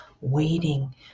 waiting